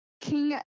King